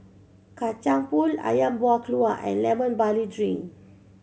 Kacang Pool Ayam Buah Keluak and Lemon Barley Drink